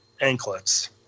anklets